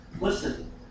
listen